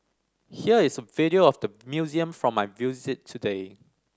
here is a video of the museum from my today